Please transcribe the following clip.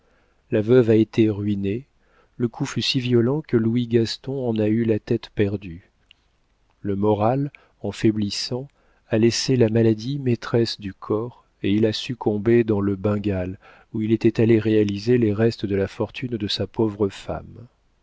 la veuve a été ruinée le coup fut si violent que louis gaston en a eu la tête perdue le moral en faiblissant a laissé la maladie maîtresse du corps et il a succombé dans le bengale où il était allé réaliser les restes de la fortune de sa pauvre femme